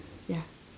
ya